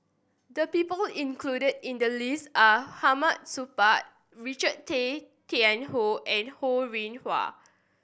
the people included in the list are Hamid Supaat Richard Tay Tian Hoe and Ho Rih Hwa